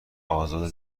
ازاده